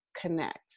connect